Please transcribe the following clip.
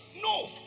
No